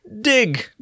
dig